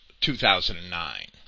2009